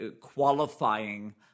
qualifying